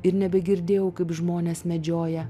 ir nebegirdėjau kaip žmonės medžioja